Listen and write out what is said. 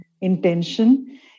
intention